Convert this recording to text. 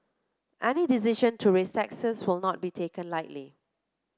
any decision to raise taxes will not be taken lightly